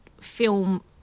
film